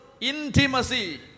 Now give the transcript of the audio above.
Intimacy